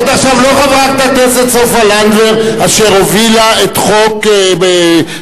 את עכשיו לא חברת הכנסת סופה לנדבר אשר הובילה את חוק בית-החולים